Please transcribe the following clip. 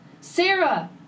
Sarah